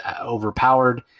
overpowered